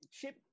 chip